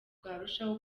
bwarushaho